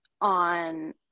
on